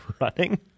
running